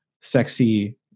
sexy